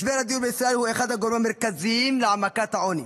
משבר הדיור בישראל הוא אחד הגורמים המרכזיים להעמקת העוני.